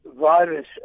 virus